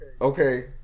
Okay